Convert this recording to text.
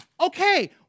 Okay